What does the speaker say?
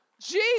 Jesus